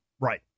Right